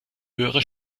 höhere